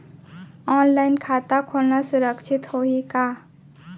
Online खाता खोलना सुरक्षित होही का?